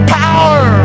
power